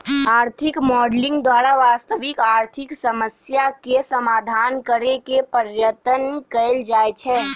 आर्थिक मॉडलिंग द्वारा वास्तविक आर्थिक समस्याके समाधान करेके पर्यतन कएल जाए छै